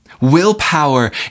willpower